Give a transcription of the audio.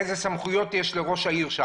איזה סמכויות יש לראש העיר.